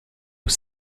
aux